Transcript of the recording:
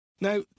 Now